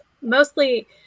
Mostly